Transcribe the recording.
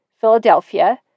Philadelphia